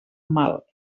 mal